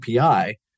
API